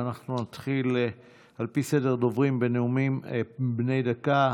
אנחנו נתחיל על פי סדר הדוברים בנאומים בני דקה.